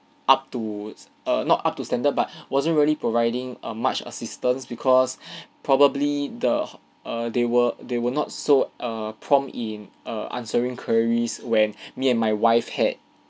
up to err not up to standard but wasn't really providing a much assistance because probably the err they were they were not so err prompt in err answering queries when me and my wife had